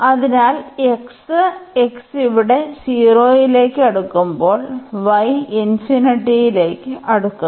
അതിനാൽ x x ഇവിടെ 0 ലേക്ക് അടുക്കുമ്പോൾ y അടുക്കുന്നു